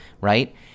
right